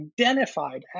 identified